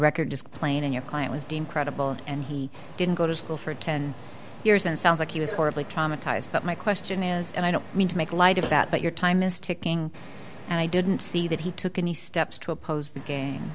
record just plain in your client was deemed credible and he didn't go to school for ten years and sounds like he was horribly traumatized but my question is and i don't mean to make light of that but your time is ticking and i didn't see that he took any steps to oppose the game